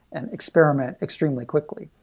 and experiment extremely quickly.